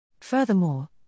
Furthermore